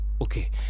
Okay